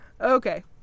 Okay